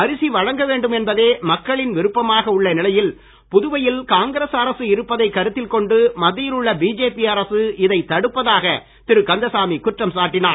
அரிசி வழங்க வேண்டும் என்பதே மக்களின் விருப்பமாக உள்ள நிலையில் புதுவையில் காங்கிரஸ் அரசு இருப்பதைக் கருத்தில் கொண்டு மத்தியில் உள்ள பிஜேபி அரசு இதை தடுப்பதாக திரு கந்தசாமி குற்றம் சாட்டினார்